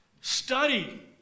study